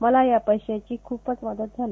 मला या पर्धांची खूपच मदत झाली